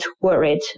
worried